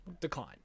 Decline